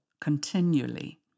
continually